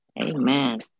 Amen